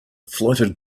floated